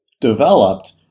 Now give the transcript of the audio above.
developed